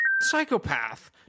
psychopath